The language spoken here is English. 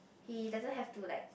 he doesn't have to like